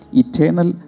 eternal